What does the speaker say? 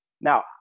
Now